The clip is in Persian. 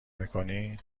میکنی